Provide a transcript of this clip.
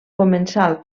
comensal